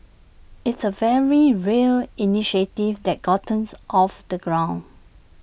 it's A very real initiative that gotten off the ground